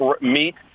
meet